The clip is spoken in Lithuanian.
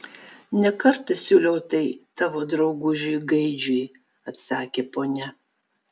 ne kartą siūliau tai tavo draugužiui gaidžiui atsakė ponia